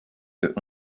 que